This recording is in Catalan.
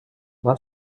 van